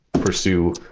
pursue